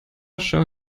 schau